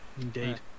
indeed